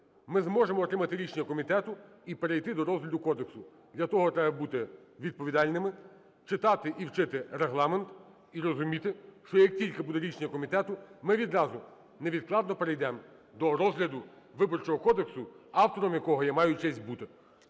Ми зможемо отримати рішення комітету і перейти до розгляду кодексу. Для того треба бути відповідальними, читати і вчити Регламент і розуміти, що як тільки буде рішення комітету, ми відразу невідкладно перейдемо до розгляду Виборчого кодексу, автором якого я маю честь бути.